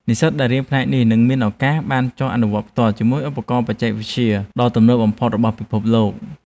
និស្សិតដែលរៀនផ្នែកនេះនឹងមានឱកាសបានចុះអនុវត្តផ្ទាល់ជាមួយឧបករណ៍បច្ចេកវិទ្យាដ៏ទំនើបបំផុតរបស់ពិភពលោក។